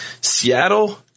Seattle